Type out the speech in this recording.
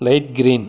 light green